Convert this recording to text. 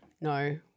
no